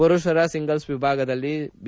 ಪುರುಷರ ಸಿಂಗಲ್ಪ್ ವಿಭಾಗದಲ್ಲಿ ಬಿ